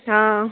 હા